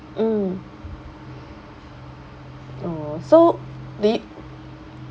mm oh so do you